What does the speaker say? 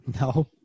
No